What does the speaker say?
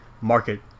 market